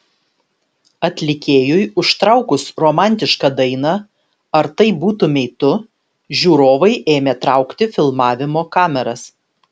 atlikėjui užtraukus romantišką dainą ar tai būtumei tu žiūrovai ėmė traukti filmavimo kameras